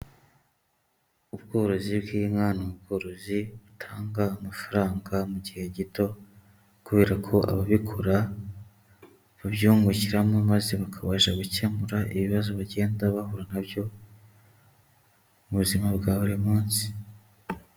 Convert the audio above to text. Ubworozi bw'inka ni ubworozi butanga amafaranga mu gihe gito, kubera ko ababikora babyungukiramo, maze bakabasha gukemura ibibazo bagenda bahura na byo, mu buzima bwa buri munsi.